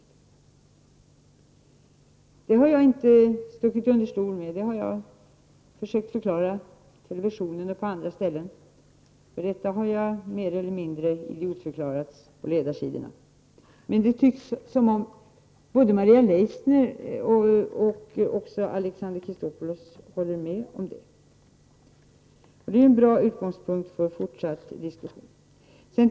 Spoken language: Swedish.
Detta har jag inte stuckit under stol med, utan det här har jag försökt förklara i televisionen och annorstädes. Men för detta har jag mer eller mindre idiotförklarats på tidningars ledarsidor. Det tycks som om både Maria Leissner och Alexander Chrisopoulos håller med mig i detta avseende, och det är en bra utgångspunkt för den fortsatta diskussionen.